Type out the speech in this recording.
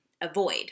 avoid